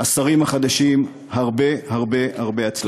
השרים החדשים, הרבה הרבה הרבה הצלחה.